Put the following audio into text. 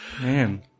man